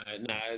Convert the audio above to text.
no